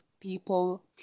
people